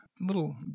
little